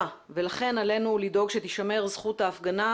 ולכן עלינו לדאוג שתישמר זכות ההפגנה,